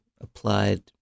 applied